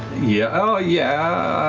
yeah, oh yeah,